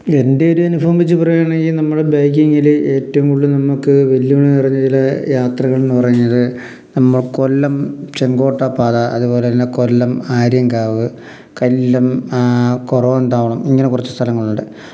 എൻ്റെ ഒരു അനുഭവം വെച്ച് പറയുക ആണെങ്കിൽ നമ്മൾ ബൈക്കിങ്ങിൽ ഏറ്റവും കൂടുതൽ നമുക്ക് വെല്ലുവിളി നിറഞ്ഞ ചില യാത്രകൾ എന്ന് പറയുക നമ്മൾ കൊല്ലം ചെങ്കോട്ട പാത അതുപോലെ തന്നെ കൊല്ലം ആര്യംങ്കാവ് കല്ലം കുറവന്താവണം ഇങ്ങനെ കുറച്ച് സ്ഥലങ്ങളുണ്ട്